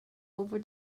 over